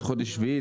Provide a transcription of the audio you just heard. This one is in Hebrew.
עד חודש שביעי,